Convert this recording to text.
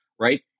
right